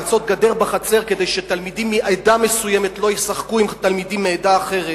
כדי שתלמידים מעדה מסוימת לא ישחקו עם תלמידים מעדה אחרת,